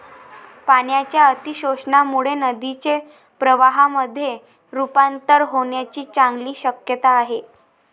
पाण्याच्या अतिशोषणामुळे नदीचे प्रवाहामध्ये रुपांतर होण्याची चांगली शक्यता आहे